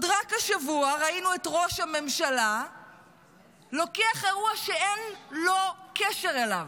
רק השבוע ראינו את ראש הממשלה לוקח אירוע שאין לו קשר אליו,